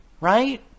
Right